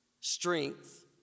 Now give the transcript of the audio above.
strength